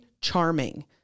charming